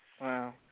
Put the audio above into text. Wow